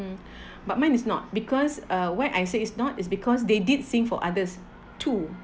mm but mine is not because uh why I say it's not it's because they did sing for others two